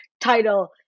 title